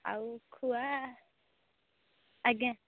ଆଉ ଖୁଆ ଆଜ୍ଞା